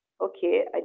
Okay